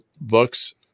books